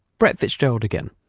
brett fitzgerald again.